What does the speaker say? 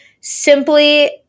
simply